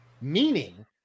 meaning –